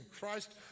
Christ